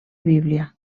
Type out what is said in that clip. bíblia